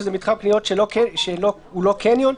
שזה מתחם קניות שהוא לא קניון,